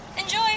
Enjoy